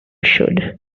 should